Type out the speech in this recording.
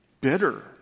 bitter